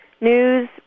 News